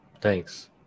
Thanks